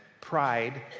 pride